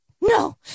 No